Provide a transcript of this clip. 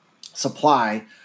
supply